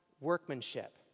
workmanship